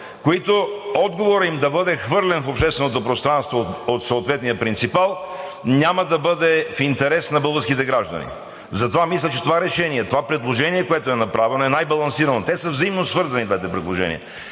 които отговорът им да бъде хвърлен в общественото пространство от съответния принципал няма да бъде в интерес на българските граждани. Затова мисля, че това предложение, което е направено, е най-балансирано. Те, двете предложения,